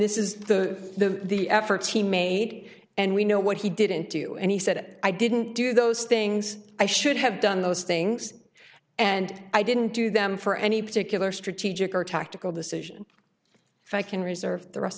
this is the the efforts he made and we know what he didn't do and he said i didn't do those things i should have done those things and i didn't do them for any particular strategic or tactical decision if i can reserve the rest